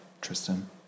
Tristan